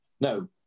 No